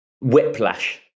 Whiplash